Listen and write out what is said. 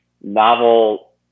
novel